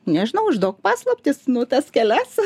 nežinau išduok paslaptis nu tas kelias